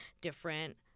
different